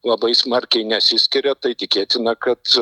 labai smarkiai nesiskiria tai tikėtina kad